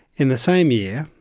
in the same year,